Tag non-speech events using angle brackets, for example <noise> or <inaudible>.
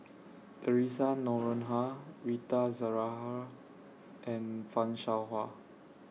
Theresa Noronha Rita <unintelligible> and fan Shao Hua